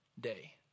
day